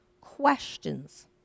questions